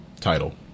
Title